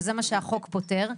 וזה מה שהחוק פותר,